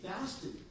fasting